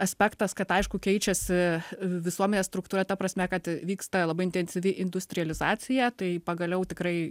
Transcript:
aspektas kad aišku keičiasi visuomenės struktūra ta prasme kad vyksta labai intensyvi industrializacija tai pagaliau tikrai